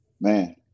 Man